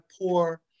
poor